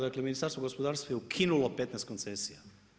Dakle, Ministarstvo gospodarstva je ukinulo 15 koncesija.